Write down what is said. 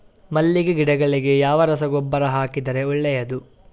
ಮಲ್ಲಿಗೆ ಗಿಡಗಳಿಗೆ ಯಾವ ರಸಗೊಬ್ಬರ ಹಾಕಿದರೆ ಒಳ್ಳೆಯದು?